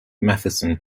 matheson